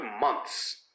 months